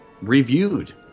reviewed